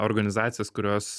organizacijas kurios